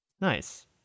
Nice